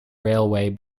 railway